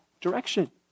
direction